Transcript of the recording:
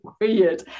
weird